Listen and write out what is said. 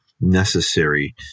necessary